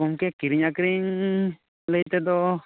ᱜᱚᱝᱠᱮ ᱠᱤᱨᱤᱧ ᱟᱠᱷᱨᱤᱧ ᱞᱟᱹ ᱭ ᱛᱮᱫᱚ